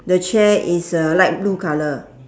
the chair is a light blue colour